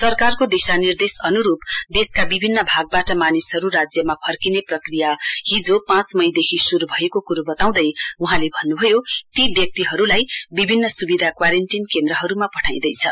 सरकारको दिशानिर्देश अनुरूप देशका विभिन्न भागबाट मानिसहरू राज्यमा फर्किने प्रक्रिया हिजो पाँच मईदेखि शुरू भएको कुरो बताँउदै वहाँले भन्नुभयो ती व्यक्तिहरूलाई विभन्न सुविधा क्वारेन्टीन केन्द्रहरूमा पठाँइदैछ